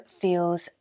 feels